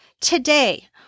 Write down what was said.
today